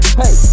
hey